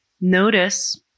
notice